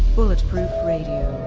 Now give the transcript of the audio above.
bulletproof radio,